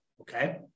okay